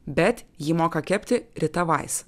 bet jį moka kepti rita vais